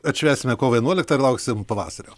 atšvęsime kovo vienuoliktą ir lauksim pavasario